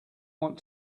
want